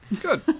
Good